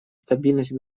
стабильность